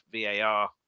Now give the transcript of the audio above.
VAR